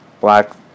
black